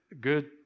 good